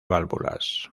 válvulas